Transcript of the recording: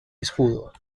escudo